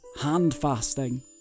hand-fasting